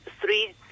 three